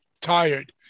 tired